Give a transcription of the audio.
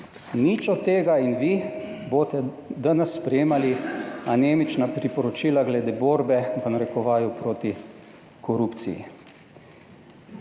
Nič od tega. In vi boste danes sprejemali anemična priporočila glede borbe, v narekovaju, proti korupciji.